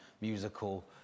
musical